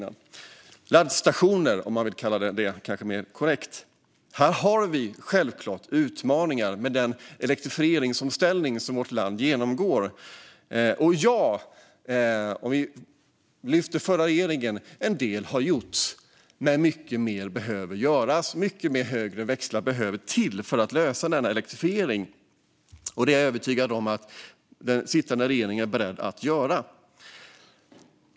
Laddstationer, om man vill kalla det för det, är kanske mer korrekt. Här har vi självklart utmaningar med den elektrifieringsomställning som vårt land genomgår. Och ja - om vi lyfter fram den förra regeringen - en del har gjorts, men mycket mer behöver göras. Mycket högre växlar behövs för att lösa denna elektrifiering. Och det är jag övertygad om att den sittande regeringen är beredd att göra.